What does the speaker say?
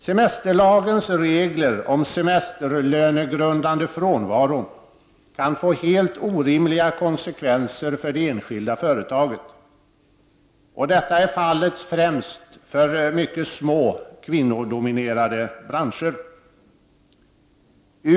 Semesterlagens regler om semesterlönegrundande frånvaro kan få helt orimliga konsekvenser för det enskilda företaget. Detta är främst fallet för mycket små kvinnodominerade branscher.